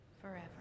forever